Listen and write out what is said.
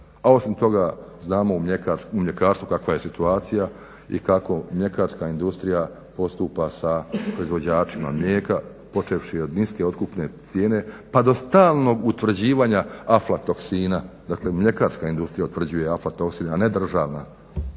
osim toga znamo u mljekarstvu kakva je situacija i kako mljekarska industrija postupa sa proizvođačima mlijeka počevši od niske otkupne cijene pa do stalnog utvrđivanja aflatoksina, dakle mljekarska industrija utvrđuje aflatoksin, a ne Državna